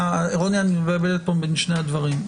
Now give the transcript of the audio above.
--- רוני, את מבלבלת פה בין שני הדברים.